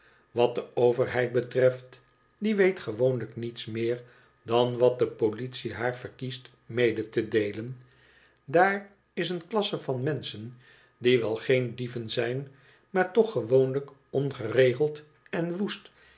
wat de overheid betreft die weet gewoonlijk niets meer dan wat de politie haar verkiest mede te declen daar is een klasse van menschen die wel geen dieven zijn maar toch gewoonlijk ongeregeld en woest